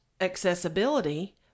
accessibility